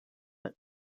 but